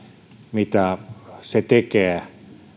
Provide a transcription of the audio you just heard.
mitä se tekee